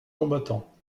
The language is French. combattants